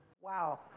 Wow